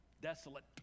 Desolate